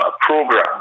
program